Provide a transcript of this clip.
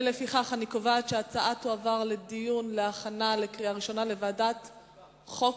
לפיכך אני קובעת שההצעה תועבר לדיון ולהכנה לקריאה ראשונה בוועדת החוקה,